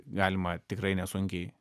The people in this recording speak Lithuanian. galima tikrai nesunkiai